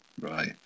Right